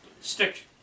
stick